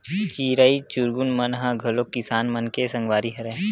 चिरई चिरगुन मन ह घलो किसान मन के संगवारी हरय